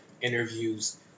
interviews